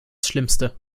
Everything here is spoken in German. schlimmste